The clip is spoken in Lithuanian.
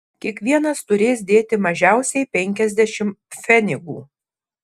kiekvienas turės dėti mažiausiai penkiasdešimt pfenigų